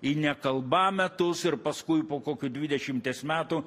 į nekalbametus ir paskui po kokių dvidešimties metų